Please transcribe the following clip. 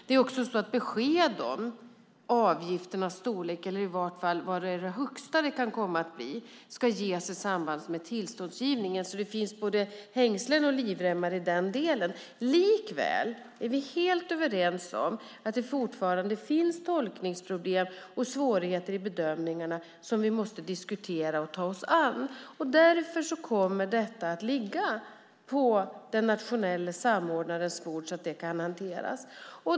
Det är också så att besked om avgifternas storlek, eller i varje fall vad det högst kan komma att bli, ska ges i samband med tillståndsgivningen. Det finns alltså både hängslen och livremmar i den delen. Likväl är vi helt överens om att det fortfarande finns tolkningsproblem och svårigheter i bedömningarna som vi måste diskutera och ta oss an. Därför kommer detta att ligga på den nationella samordnarens bord, så att det kan hanteras.